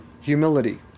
humility